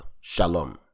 Shalom